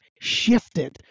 shifted